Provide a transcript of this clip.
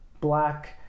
black